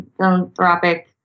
philanthropic